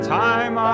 time